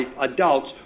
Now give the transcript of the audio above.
adults